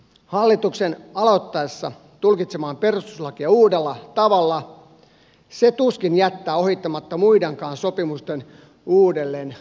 hallituksen alkaessa tulkitsemaan perustuslakia uudella tavalla se tuskin jättää ohittamatta muidenkaan sopimusten uudelleen tulkitsemista